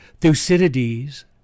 Thucydides